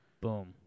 Boom